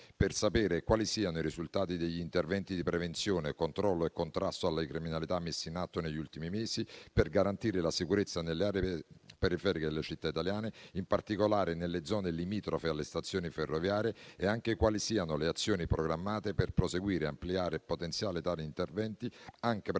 di sapere quali siano i risultati degli interventi di prevenzione, controllo e contrasto alla criminalità messi in atto negli ultimi mesi per garantire la sicurezza nelle aree periferiche delle città italiane, in particolare nelle zone limitrofe alle stazioni ferroviarie, e quali siano le azioni programmate per proseguire, ampliare e potenziare tali interventi, anche prevedendo